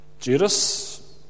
Judas